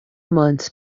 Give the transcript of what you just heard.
months